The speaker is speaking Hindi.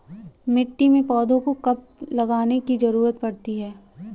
मिट्टी में पौधों को कब लगाने की ज़रूरत पड़ती है?